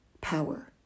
power